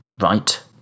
right